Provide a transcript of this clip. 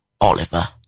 Oliver